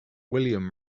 william